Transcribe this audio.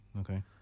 okay